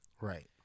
Right